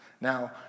Now